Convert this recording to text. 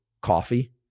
coffee